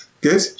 Good